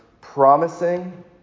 promising